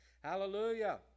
Hallelujah